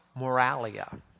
Moralia